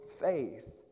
faith